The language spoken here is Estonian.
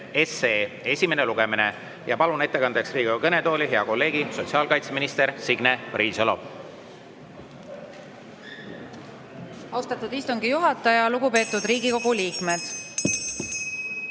Palun ettekandeks Riigikogu kõnetooli hea kolleegi sotsiaalkaitseminister Signe Riisalo.